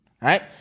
right